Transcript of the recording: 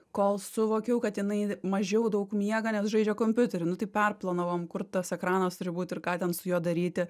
kol suvokiau kad jinai mažiau daug miega nes žaidžia kompiuteriu nu tai perplanavom kur tas ekranas turi būt ir ką ten su juo daryti